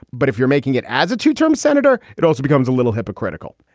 but if you're making it as a two term senator, it also becomes a little hypocritical.